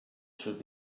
should